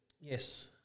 Yes